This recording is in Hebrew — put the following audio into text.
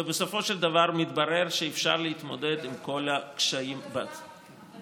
ובסופו של דבר מתברר שאפשר להתמודד עם כל הקשיים בהצלחה.